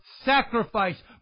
sacrifice